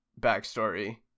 backstory